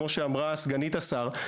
כמו שאמרה סגנית השר.